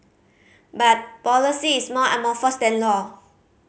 but policy is more amorphous than law